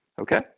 Okay